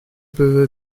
peuvent